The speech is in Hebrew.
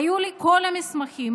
היו לי כל המסמכים,